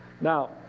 Now